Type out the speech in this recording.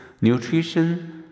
nutrition